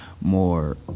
more